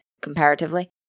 comparatively